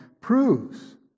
proves